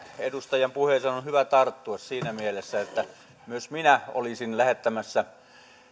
edustajan puheeseen on on hyvä tarttua siinä mielessä että myös minä olisin lähettämässä